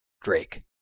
Drake